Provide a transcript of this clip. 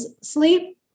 sleep